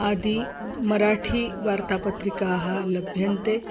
आद्यः मराठीवार्तापत्रिकाः लभ्यन्ते